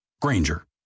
Granger